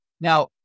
Now